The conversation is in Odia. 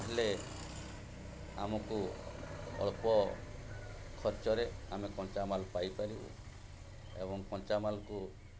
ହେଲେ ଆମକୁ ଅଳ୍ପ ଖର୍ଚ୍ଚରେ ଆମେ କଞ୍ଚାମାଲ୍ ପାଇପାରିବୁ ଏବଂ କଞ୍ଚାମାଲ୍କୁ